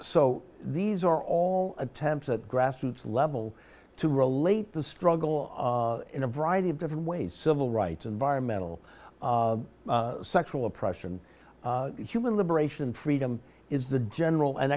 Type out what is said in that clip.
so these are all attempts at grassroots level to relate the struggle in a variety of different ways civil rights environmental sexual oppression human liberation freedom is the general and